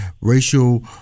racial